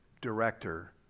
director